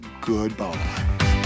goodbye